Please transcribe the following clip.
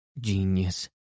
genius